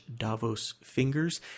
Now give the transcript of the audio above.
davosfingers